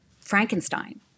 Frankenstein